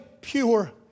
pure